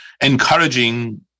encouraging